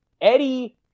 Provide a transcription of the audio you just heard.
Eddie